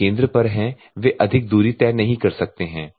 जो केंद्र पर हैं वे अधिक दूरी तय नहीं कर सकते हैं